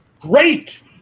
great